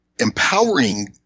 empowering